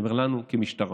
אני אומר: לנו, כמשטרה.